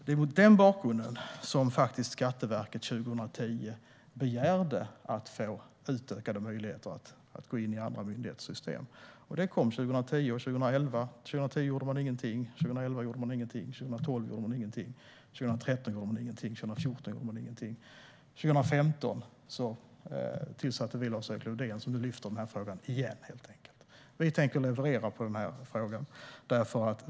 Det är mot den bakgrunden Skatteverket 2010 begärde utökade möjligheter att gå in i andra myndigheters system. År 2010 gjorde man ingenting, 2011 gjorde man ingenting, 2012 gjorde man ingenting, 2013 gjorde man ingenting och 2014 gjorde man ingenting. År 2015 tillsatte vi LarsErik Lövdén som nu helt enkelt lyfter upp frågan igen. Vi tänker leverera i den här frågan.